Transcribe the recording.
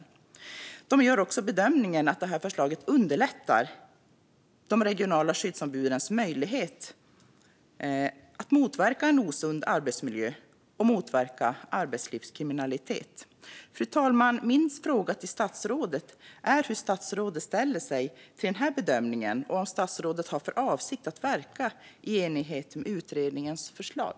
Utredningen gör också bedömningen att detta förslag underlättar de regionala skyddsombudens möjlighet att motverka en osund arbetsmiljö och motverka arbetslivskriminalitet. Fru talman! Min fråga till statsrådet är hur statsrådet ställer sig till denna bedömning och om statsrådet har för avsikt att verka i enlighet med utredningens förslag.